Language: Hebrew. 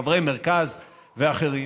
חברי מרכז ואחרים,